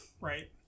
Right